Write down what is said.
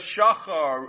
Shachar